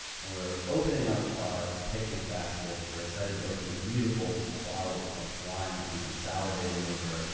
and we're opening up our picnic basket. we're excited to open this beautiful bottle of french wine that we've been salivating over.